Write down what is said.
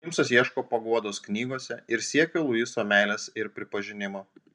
džeimsas ieško paguodos knygose ir siekia luiso meilės ir pripažinimo